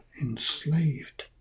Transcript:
enslaved